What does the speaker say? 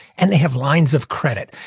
and they have lines of credit,